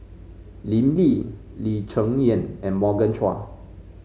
Lim Lee Lee Cheng Yan and Morgan Chua